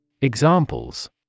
Examples